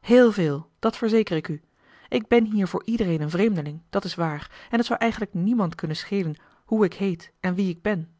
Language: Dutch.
heel veel dat verzeker ik u ik ben hier voor iedereen een vreemdeling dat is waar en t zou eigenlijk niemand kunnen schelen hoe ik heet en wie ik ben